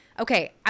Okay